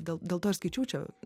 dėl dėl to ir skaičiau čia